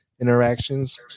interactions